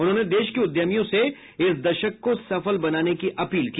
उन्होंने देश के उद्यमियों से इस दशक को सफल बनाने की अपील की